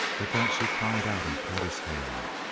at that she cried out and caught his hand.